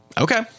Okay